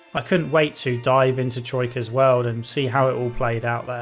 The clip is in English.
i couldn't wait to dive into troika's world and see how it all played out but